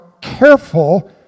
careful